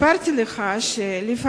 סיפרתי לך שלפעמים,